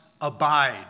abide